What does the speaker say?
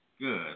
Good